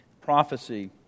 prophecy